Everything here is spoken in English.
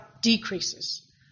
decreases